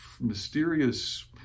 mysterious